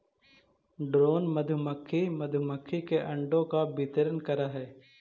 drone मधुमक्खी मधुमक्खी के अंडों का वितरण करअ हई